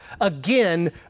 Again